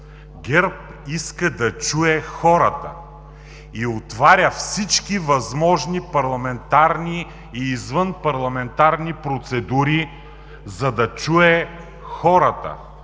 ГЕРБ иска да чуе хората и отваря всички възможни парламентарни и извънпарламентарни процедури, за да чуе хората!